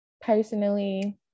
personally